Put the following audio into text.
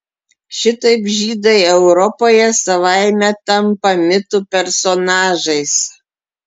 šitaip žydai europoje savaime tampa mitų personažais